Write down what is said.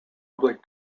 public